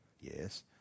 Yes